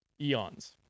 eons